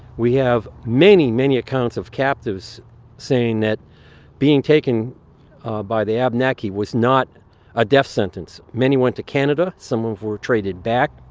we have many many accounts of captives saying that being taken by the abenaki was not a death sentence. many went to canada, some of them were traded back.